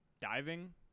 Diving